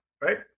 right